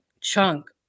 chunk